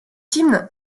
hymne